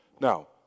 Now